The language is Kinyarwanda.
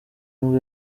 nibwo